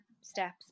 steps